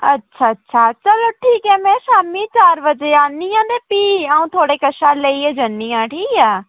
अच्छा अच्छा चलो ठीक ऐ में शामीं चार बजे औन्नी आं ते पी अंऊ थ्होड़े शा लेइयै जन्नी आं ठीक ऐ